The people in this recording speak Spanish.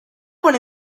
por